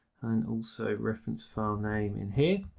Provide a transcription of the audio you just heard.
and also reference filename in here.